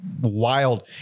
wild